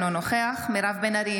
אינו נוכח מירב בן ארי,